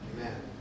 Amen